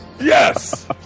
Yes